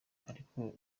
ariko